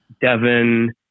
Devin